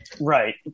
Right